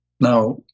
Now